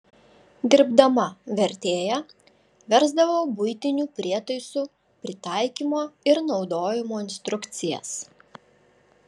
dirbdama vertėja versdavau buitinių prietaisų pritaikymo ir naudojimo instrukcijas